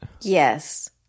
Yes